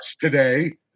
today